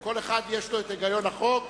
כל אחד יש לו היגיון החוק.